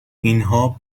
اینها